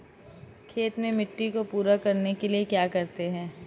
खेत में मिट्टी को पूरा करने के लिए क्या करते हैं?